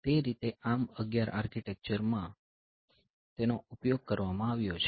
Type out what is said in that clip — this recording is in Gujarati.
તે રીતે ARM11 આર્કિટેક્ચર માં તેનો ઉપયોગ કરવામાં આવ્યો છે